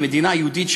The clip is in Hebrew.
מדינה יהודית,